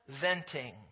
venting